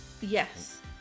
Yes